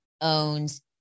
owns